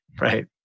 Right